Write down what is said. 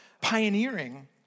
pioneering